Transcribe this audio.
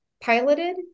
piloted